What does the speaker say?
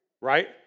Right